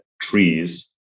trees